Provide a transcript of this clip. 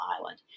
island